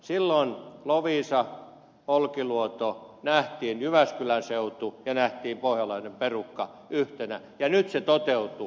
siellä oli loviisa olkiluoto sekä jyväskylän seutu ja pohjanlahden perukka nähtiin yhtenä ja nyt se toteutuu